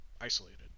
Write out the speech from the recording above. isolated